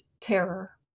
terror